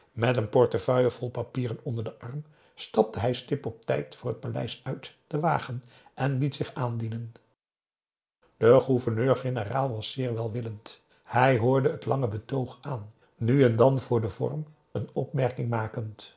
met een portefeuille vol papieren onder den arm stapte hij stipt op tijd voor het paleis uit den wagen en liet zich aandienen de gouverneur-generaal was zeer welwillend hij hoorde het lange betoog aan nu en dan voor den vorm p a daum hoe hij raad van indië werd onder ps maurits een opmerking makend